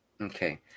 okay